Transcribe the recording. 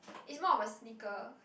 is more of a sneaker kind